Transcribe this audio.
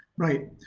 right,